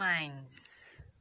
minds